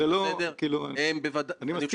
אבל ברמה העקרונית בוודאי,